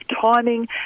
timing